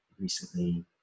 recently